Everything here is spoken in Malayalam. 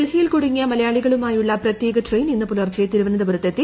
ഡൽഹിയിൽ കുടുങ്ങിയ മലയാളികളുമായുള്ള പ്രത്യേക ട്രെയിൻ ഇന്ന് പൂലർച്ചെ തിരുവനന്തപുരത്ത് എത്തി